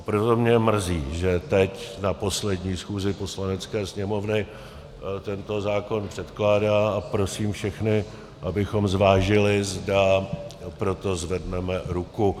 Proto mě mrzí, že teď na poslední schůzi Poslanecké sněmovny tento zákon předkládá, a prosím všechny, abychom zvážili, zda pro to zvedneme ruku.